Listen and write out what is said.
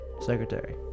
Secretary